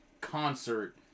concert